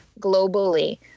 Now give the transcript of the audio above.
globally